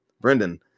Brendan